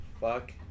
fuck